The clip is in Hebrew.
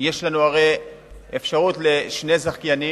יש לנו אפשרות לשני מפעילים.